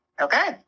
okay